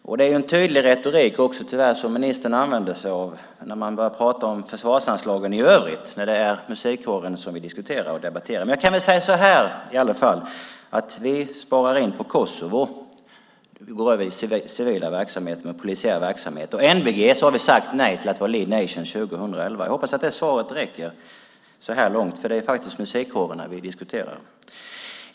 Tyvärr är det en tydlig retorik ministern använder sig av; han börjar prata om försvarsanslagen i övrigt när det är musikkåren vi diskuterar och debatterar. Jag kan säga så här: Vi sparar in på Kosovo där vi går över i civil och polisiär verksamhet. När det gäller NBG har vi sagt nej till att vara lead nation 2011. Jag hoppas att det svaret räcker så här långt, för det är faktiskt musikkårerna vi diskuterar.